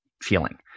feeling